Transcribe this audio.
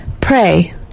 Pray